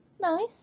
nice